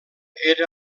era